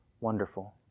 wonderful